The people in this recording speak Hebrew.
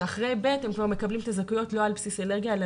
אחרי כיתה ב' הם מקבלים זכאויות כבר לא על בסיס אלרגיה אלא